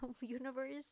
universe